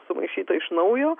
sumaišyta iš naujo